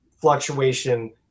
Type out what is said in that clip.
fluctuation